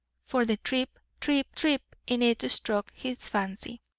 for the trip, trip, trip in it struck his fancy,